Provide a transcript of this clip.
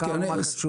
תבחר מה חשוב.